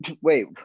Wait